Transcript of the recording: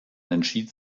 entschied